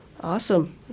Awesome